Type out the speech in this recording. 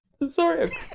Sorry